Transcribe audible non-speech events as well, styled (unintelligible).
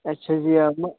اَچھا (unintelligible)